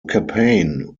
campaign